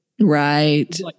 Right